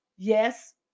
yes